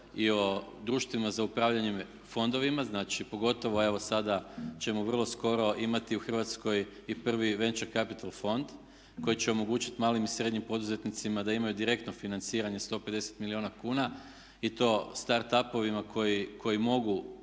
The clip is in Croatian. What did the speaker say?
i o društvima za upravljanje fondovima, znači pogotovo evo sada ćemo vrlo skoro imati u Hrvatskoj i prvi venture capital fond koji će omogućiti malim i srednjim poduzetnicima da imaju direktno financiranje 150 milijuna kuna i to start up-ovima koji mogu